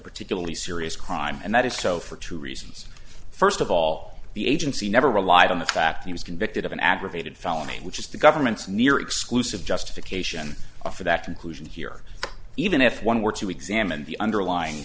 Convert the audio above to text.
particularly serious crime and that is so for two reasons first of all the agency never relied on the fact he was convicted of an aggravated felony which is the government's near exclusive justification for that conclusion here even if one were to examine the underlying